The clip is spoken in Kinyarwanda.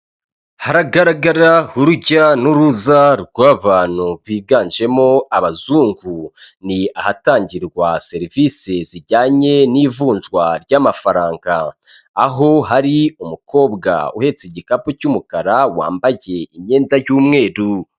Haragaragara urujya n'uruza rw'abantu biganjemo abazungu, ni ahatangirwa serivisi zijyanye n'ivunjwa ry'amafaranga aho hari umukobwa uhetse igikapu cy'umukara wambaye imyenda y'umweru.